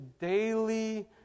daily